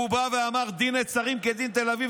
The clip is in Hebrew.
הוא בא ואמר: דין נצרים כדין תל אביב.